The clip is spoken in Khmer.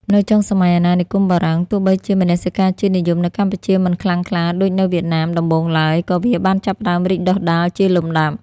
នៅចុងសម័យអាណានិគមបារាំង ទោះបីជាមនសិការជាតិនិយមនៅកម្ពុជាមិនខ្លាំងក្លាដូចនៅវៀតណាមដំបូងឡើយ ក៏វាបានចាប់ផ្តើមរីកដុះដាលជាលំដាប់។